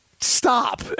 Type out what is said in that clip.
Stop